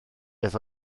beth